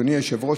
אדוני היושב-ראש,